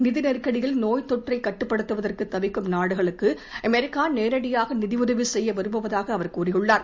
நிதி நெருக்கடியில் நோய்த் தொற்றைக் கட்டுப்டுத்துவதற்கு தவிக்கும் நாடுகளுக்கு அமெரிக்கா நேரடியாக நிதியுதவி செய்ய விரும்புவதாக அவர் கூறியுள்ளார்